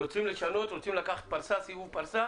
רוצים לשנות, רוצים לקחת סיבוב פרסה